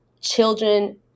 children